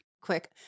quick